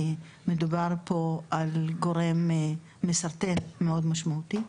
כי מדובר פה בגורם מסרטן מאוד משמעותי.